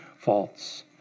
faults